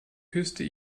küsste